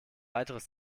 weiteres